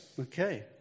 Okay